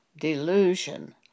delusion